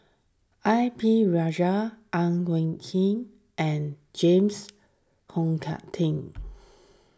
A P Rajah Ang Wei Heng and James Pong Tuck Tim